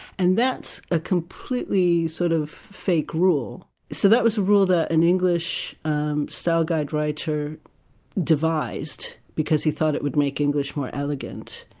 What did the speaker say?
and that's a completely sort of fake rule so that was a rule an english um style guide writer devised because he thought it would make english more elegant,